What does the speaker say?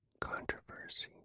Controversy